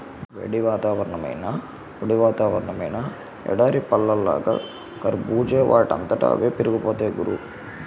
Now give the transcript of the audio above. వేడి వాతావరణమైనా, పొడి వాతావరణమైనా ఎడారి పళ్ళలాగా కర్బూజా వాటంతట అవే పెరిగిపోతాయ్ గురూ